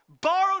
borrowed